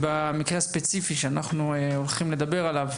במקרה הספציפי שאנחנו הולכים לדבר עליו,